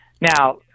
now